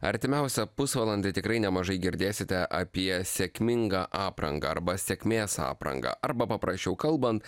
artimiausią pusvalandį tikrai nemažai girdėsite apie sėkmingą aprangą arba sėkmės aprangą arba paprasčiau kalbant